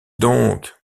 donc